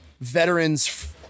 veterans